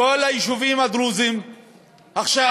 כל היישובים הדרוזיים עכשיו